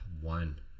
One